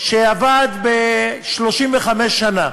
שעבד 35 שנה